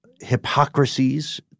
hypocrisies